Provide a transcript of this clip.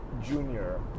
junior